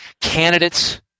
candidates